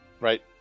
Right